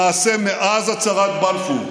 למעשה מאז הצהרת בלפור,